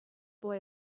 boy